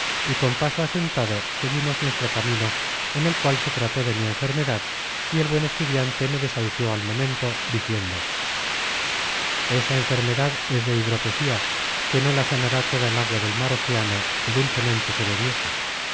y con paso asentado seguimos nuestro camino en el cual se trató de mi enfermedad y el buen estudiante me desahució al momento diciendo esa enfermedad es de hidropesía que no la sanará toda el agua del mar océano que dulcemente se bebiese